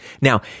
Now